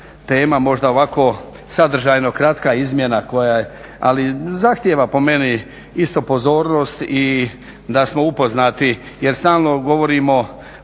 možda ovako sadržajno kratka izmjena ali zahtjeva po meni isto pozornost i da smo upoznati. Jer stalno govorimo